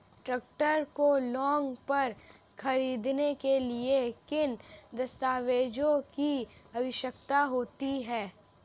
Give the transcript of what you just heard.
Tractor को loan पर खरीदने के लिए किन दस्तावेज़ों की आवश्यकता होती है?